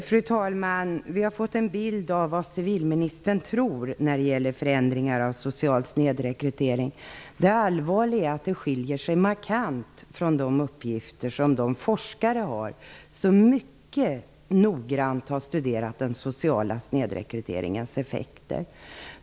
Fru talman! Vi har fått en bild av vad civilministern tror när det gäller förändringar av den sociala snedrekryteringen. Det allvarliga är att den skiljer sig markant från de uppgifter som de forskare har som mycket noggrant har studerat den sociala snedrekryteringens effekter.